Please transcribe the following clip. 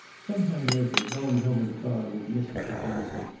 some time later going home in the car with mrs. mackenzie,